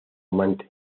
amante